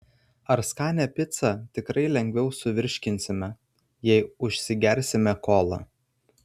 ar skanią picą tikrai lengviau suvirškinsime jei užsigersime kola